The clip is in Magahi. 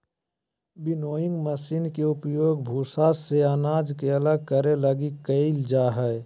विनोइंग मशीन के उपयोग भूसा से अनाज के अलग करे लगी कईल जा हइ